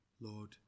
Lord